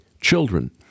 Children